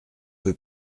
peu